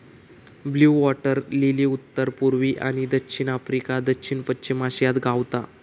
blue water lily उत्तर पुर्वी आणि दक्षिण आफ्रिका, दक्षिण पश्चिम आशियात गावता